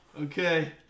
Okay